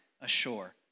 ashore